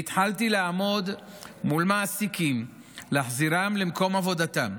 והתחלתי לעמוד מול מעסיקים להחזירם למקום עבודתם.